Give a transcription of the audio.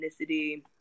ethnicity